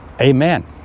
Amen